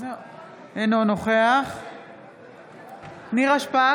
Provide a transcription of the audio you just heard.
אינו נוכח נירה שפק,